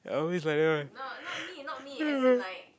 always like that [one]